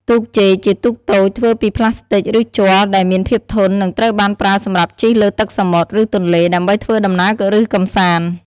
ទូកចេកជាទូកតូចធ្វើពីផ្លាស្ទិចឬជ័រដែលមានភាពធន់ និងត្រូវបានប្រើសម្រាប់ជិះលើទឹកសមុទ្រ ឬទន្លេ ដើម្បីធ្វើដំណើរឬកម្សាន្ត។